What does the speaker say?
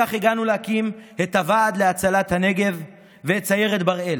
כך הגענו להקים את הוועד להצלת הנגב ואת סיירת בראל,